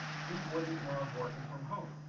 who wouldn't love working from home.